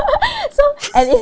so and in